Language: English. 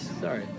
Sorry